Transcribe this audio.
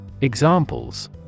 Examples